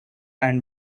and